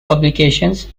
publications